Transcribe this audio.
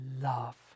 love